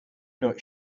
not